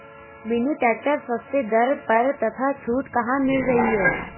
Mini tractor सस्ते दर पर तथा छूट कहाँ मिल रही है?